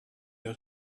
der